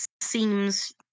seems